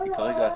כי כרגע אסור.